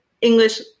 English